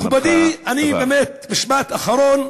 מכובדי, באמת משפט אחרון.